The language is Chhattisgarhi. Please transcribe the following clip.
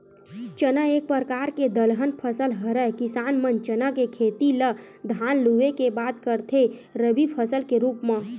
चना एक परकार के दलहन फसल हरय किसान मन चना के खेती ल धान लुए के बाद करथे रबि फसल के रुप म